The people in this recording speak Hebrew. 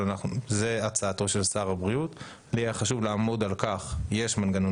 לי היה חשוב לעמוד על כך שיש מנגנון